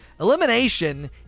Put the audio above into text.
Elimination